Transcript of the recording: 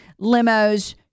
limos